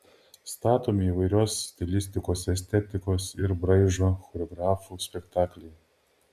statomi įvairios stilistikos estetikos ir braižo choreografų spektakliai